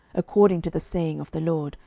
according to the saying of the lord,